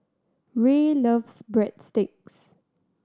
Rae loves Breadsticks